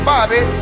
Bobby